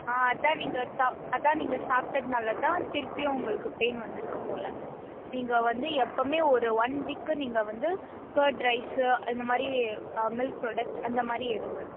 ஆ அதுதான் நீங்கள் தான் அதுதான் நீங்கள் சாப்பிட்டதுனால தான் திரும்பியும் உங்களுக்கு பெயின் வந்திருக்கு போல் நீங்கள் வந்து எப்பவுமே ஒரு ஓன் வீக்கு நீங்கள் வந்து கேர்ட் ரைஸு இந்த மாதிரி மில்க் ப்ராடெக்ட்ஸ் அந்த மாதிரி எடுங்க